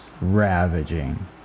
ravaging